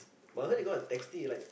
but heard they gonna tax it like